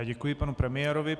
Děkuji panu premiérovi.